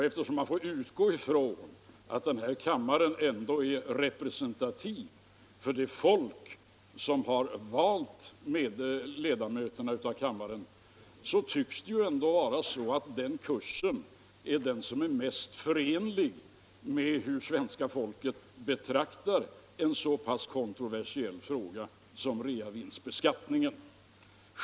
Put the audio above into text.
Eftersom man får utgå från att den här kammaren ändå är representativ för det folk som har valt ledamöterna i kammaren tycks det ändå vara så att den kurs vi har valt är mest förenlig med hur svenska folket betraktar en så kontroversiell fråga som reavinstbeskattningen.